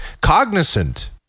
cognizant